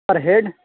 per head